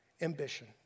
ambition